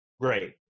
Great